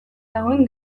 dagoen